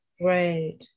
Right